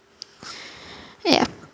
ya